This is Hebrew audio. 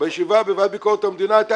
בישיבה בוועדת ביקורת המדינה הייתה